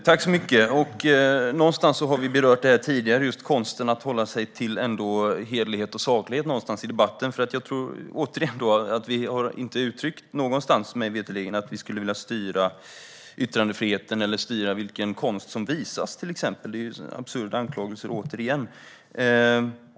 Herr talman! Någonstans har vi berört det här tidigare. Det handlar om konsten att hålla sig till hederlighet och saklighet i debatten. Vi har mig veterligen inte uttryckt någonstans att vi skulle vilja styra yttrandefriheten eller till exempel vilken konst som visas. Det är återigen en absurd anklagelse.